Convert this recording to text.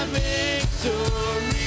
victory